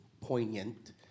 poignant